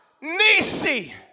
Nisi